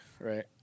right